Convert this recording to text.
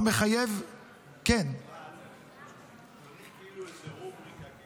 אבל צריך כאילו איזו רובריקה,